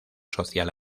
social